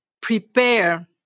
prepare